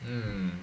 mm